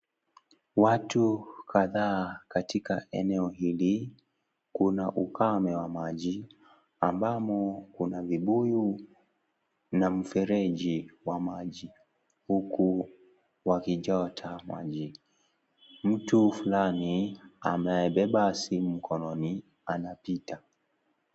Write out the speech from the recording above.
Watu kadhaa katika eneo hili. Kuna ukame wa maji, ambamo kuna vibuyu na mfereji wa maji, huku wakichota maji. Mtu fulani amebeba simu mkononi, anapita.